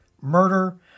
murder